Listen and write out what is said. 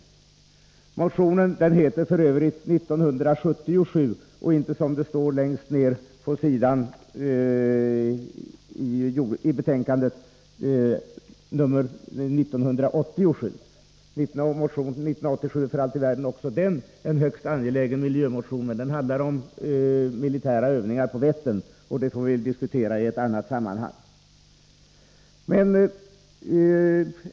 Jag vill i det sammanhanget påpeka att motionen har nr 1977. Längst ner på s. 7 i betänkandet har det felaktigt angivits att motionen har nr 1987. Också den motionen behandlar visserligen högst angelägna miljöfrågor, men det handlar där om militära övningar på Vättern, och det får vi diskutera i ett annat sammanhang.